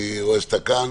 אני רואה שאתה כאן.